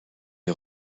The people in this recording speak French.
est